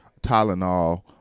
Tylenol